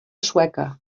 sueca